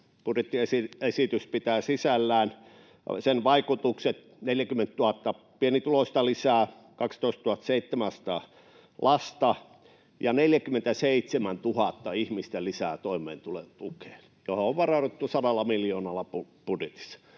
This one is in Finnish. Budjettiesitys pitää sisällään sen vaikutukset: 40 000 pienituloista lisää — 12 700 lasta — ja 47 000 ihmistä lisää toimeentulotukeen, mihin on varauduttu 100 miljoonalla budjetissa.